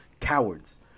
Cowards